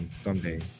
Someday